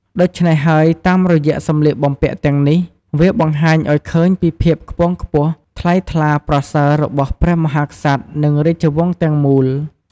ដូច្នេះហើយតាមរយៈសម្លៀកបំពាក់ទាំងនេះ វាបង្ហាញឱ្យឃើញពីភាពខ្ពង់ខ្ពស់ ថ្លៃថ្លាប្រសើរបស់ព្រះមហាក្សត្រ និងរាជវង្សទាំងមូល។